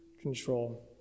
control